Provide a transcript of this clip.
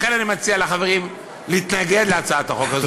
לכן, אני מציע לחברים להתנגד להצעת החוק הזו.